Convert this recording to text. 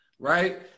Right